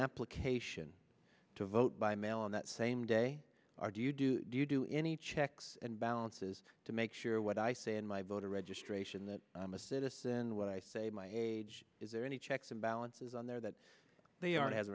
application to vote by mail on that same day or do you do do you do any checks and balances to make sure what i say in my voter registration that i'm a citizen what i say my age is there any checks and balances on there that they are